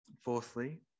Fourthly